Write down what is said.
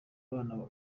abana